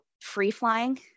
free-flying